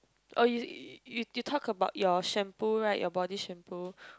or you you you talked about your shampoo right your body shampoo